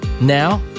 Now